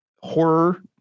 horror